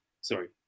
Sorry